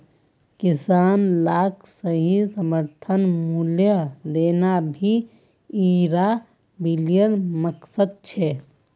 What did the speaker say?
किसान लाक सही समर्थन मूल्य देना भी इरा बिलेर मकसद छे